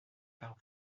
par